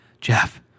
Jeff